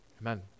amen